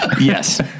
Yes